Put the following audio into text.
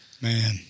man